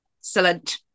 Excellent